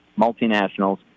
multinationals